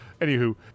Anywho